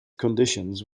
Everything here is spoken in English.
conditions